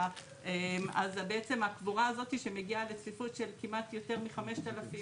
אז בעצם הקבורה הזו שמגיעה לצפיפות של כמעט יותר מ-5,000